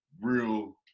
real